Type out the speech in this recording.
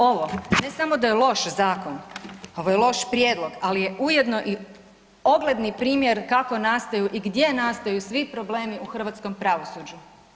Ovo ne samo da je loš zakon, ovo je loš prijedlog ali je ujedno i ogledni primjer kako nastaju i gdje nastaju svi problemi u hrvatskom pravosuđu.